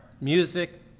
music